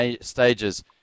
stages